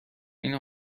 این